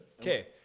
okay